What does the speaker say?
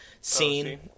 scene